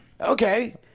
Okay